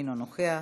אינה נוכחת,